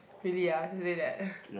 really ah he said that